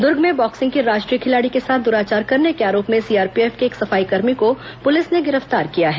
दर्ग में बॉक्सिंग की राष्ट्रीय खिलाड़ी के साथ द्राचार करने के आरोप में सीआरपीएफ के सफाईकर्मी को पुलिस ने गिरफ्तार किया है